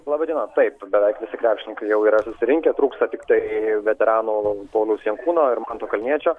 laba diena taip beveik visi krepšininkai jau yra susirinkę trūksta tiktai veteranų pauliaus jankūno ir manto kalniečio